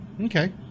Okay